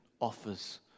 offers